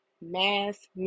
mass